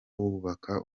wubaka